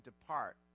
depart